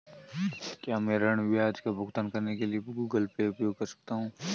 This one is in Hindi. क्या मैं ऋण ब्याज का भुगतान करने के लिए गूगल पे उपयोग कर सकता हूं?